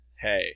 hey